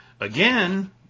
Again